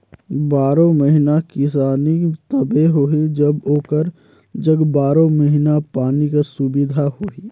बारो महिना किसानी तबे होही जब ओकर जग बारो महिना पानी कर सुबिधा होही